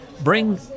Bring